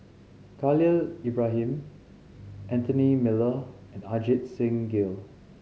K halil Ibrahim Anthony Miller and Ajit Singh Gill